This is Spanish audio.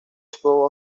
actuó